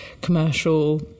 commercial